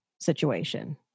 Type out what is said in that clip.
situation